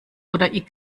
oder